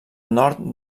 nord